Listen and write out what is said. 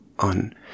on